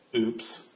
Oops